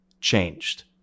changed